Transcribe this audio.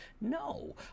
No